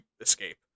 escape